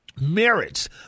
merits